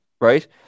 Right